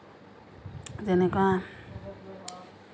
তেনেকুৱা